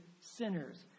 sinners